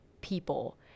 people